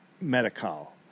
medical